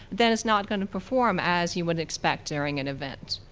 then it's not gonna perform as you would expect during an event.